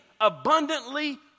abundantly